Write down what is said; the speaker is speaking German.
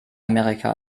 amerika